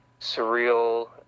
surreal